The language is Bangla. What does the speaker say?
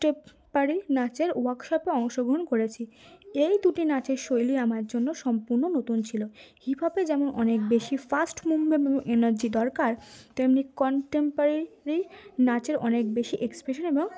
টেম্পোরারি নাচের ওয়ার্কশপে অংশগ্রহণ করেছি এই দুটি নাচের শৈলী আমার জন্য সম্পূর্ণ নতুন ছিল হিপ হপে যেমন অনেক বেশি ফাস্ট মুভমেন্ট এনার্জি দরকার তেমনি কনটেম্পোরারি নাচের অনেক বেশি এক্সপ্রেশন এবং